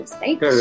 right